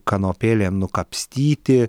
kanopėlėm nukapstyti